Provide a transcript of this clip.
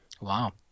wow